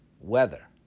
weather